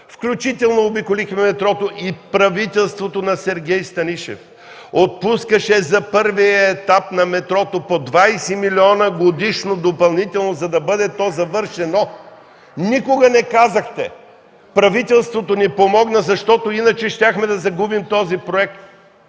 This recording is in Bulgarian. включително обиколихме метрото, а правителството на Сергей Станишев отпускаше за първия етап на метрото по 20 милиона годишно допълнително, за да бъде то завършено. Никога не казахте: „Правителството ни помогна, защото иначе щяхме да загубим този проект”.